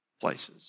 places